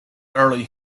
early